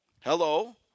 Hello